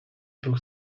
próg